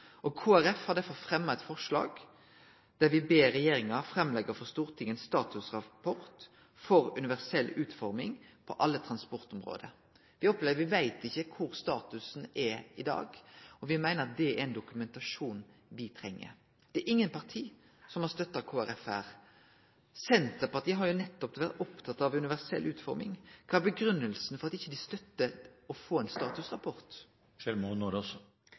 Kristeleg Folkeparti har derfor fremma eit forslag der vi ber regjeringa å leggje fram ein statusrapport for Stortinget om universell utforming på alle transportområde. Me opplever at me ikkje veit kva statusen er i dag, og me meiner at det er ein dokumentasjon me treng Det er ingen parti som har støtta Kristeleg Folkeparti her. Senterpartiet har jo nettopp vore opptatt av universell utforming. Kva er grunngivinga for at dei ikkje støttar å få ein statusrapport?